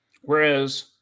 whereas